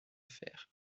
faire